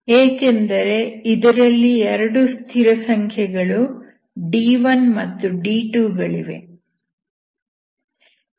ಏಕೆಂದರೆ ಇದರಲ್ಲಿ 2 ಸ್ಥಿರಸಂಖ್ಯೆಗಳು d1 ಮತ್ತು d2 ಗಳಿವೆ